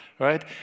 Right